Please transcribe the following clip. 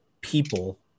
people